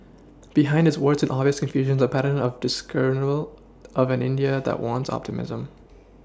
behind its warts and obvious confusions a pattern of discernible of an india that warrants optimism